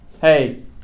hey